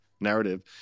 narrative